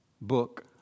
book